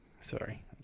sorry